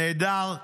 נהדר,